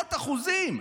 עשרות אחוזים.